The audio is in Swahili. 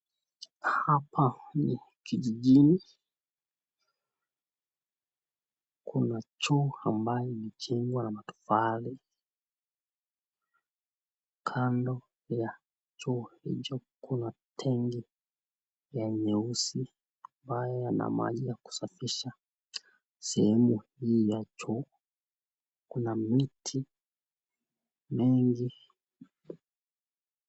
Hapa ni kijijini, kuna choo ambayo imejengwa na matofali kando ya choo hicho kuna tangi ya nyeusi, ambayo ina maji ya kusafisha sehemu hii ya choo, kuna miti mingi.